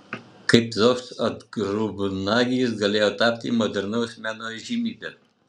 kaip toks atgrubnagis galėjo tapti modernaus meno įžymybe